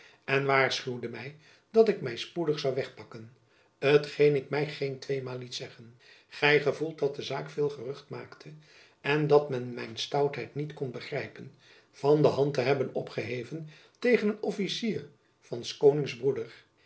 en waarschuwde my dat ik my spoedig zoû wegpakken t geen ik my geen tweemaal liet zeggen gy gevoelt dat de zaak veel gerucht maakte en dat men mijn stoutheid niet kon begrijpen van de hand te hebhen opgeheven tegen een officier van s konings